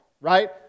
right